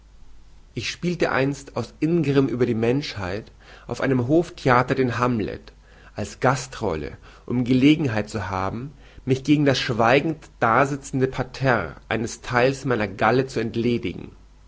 ich spielte einst aus ingrimm über die menschheit auf einem hoftheater den hamlet als gastrolle um gelegenheit zu haben mich gegen das schweigend dasitzende parterre eines theils meiner galle zu entledigen